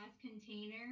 container